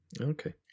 Okay